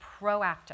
proactive